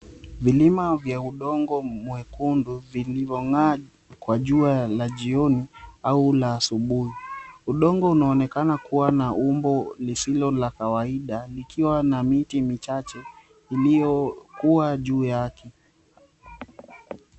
Vilima vya udongo mwekundu vilivyong'aa kwa jua la jioni au la asubuhi. Udongo unaonekana kuwa na umbo lisilo la kawaida, likiwa na miti michache iliyokuwa juu yake.